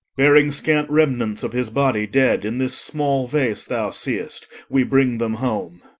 bearing scant remnants of his body dead in this small vase thou seest, we bring them home.